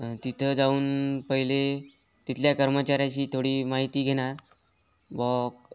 तिथं जाऊन पहिले तिथल्या कर्मचाऱ्याशी थोडी माहिती घेणार बुवा